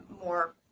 more